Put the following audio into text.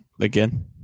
Again